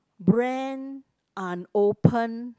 brand unopened